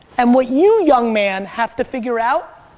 and what you, young man, have to figure out